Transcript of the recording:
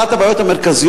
אחת הבעיות המרכזיות,